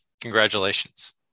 Congratulations